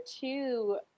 two